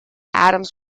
adams